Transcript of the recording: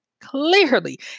clearly